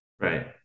Right